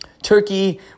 Turkey